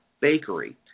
bakery